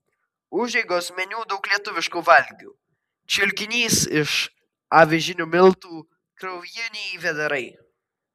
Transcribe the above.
užeigos meniu daug lietuviškų valgių čiulkinys iš avižinių miltų kraujiniai vėdarai